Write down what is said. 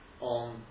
on